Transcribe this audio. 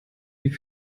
die